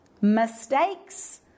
mistakes